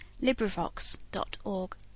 LibriVox.org